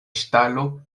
ŝtalo